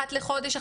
אחת לחודש,